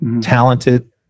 talented